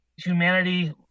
humanity